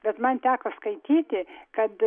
bet man teko skaityti kad